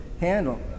handle